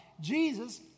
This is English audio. Jesus